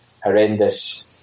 horrendous